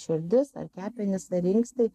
širdis ar kepenys inkstai